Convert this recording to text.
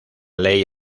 ley